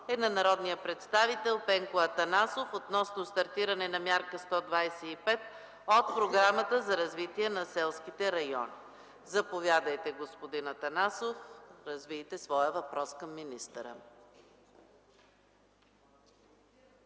е от народния представител Пенко Атанасов относно стартиране на Мярка 125 от Програмата за развитие на селските райони. Господин Атанасов, заповядайте, за да развиете своя въпрос към министъра.